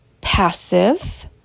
passive